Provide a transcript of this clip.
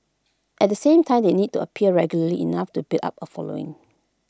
at the same time they need to appear regularly enough to build up A following